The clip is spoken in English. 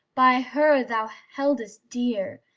by her thou heldest dear,